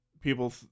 people